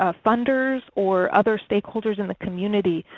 ah funders, or other stakeholders in the community?